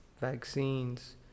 vaccines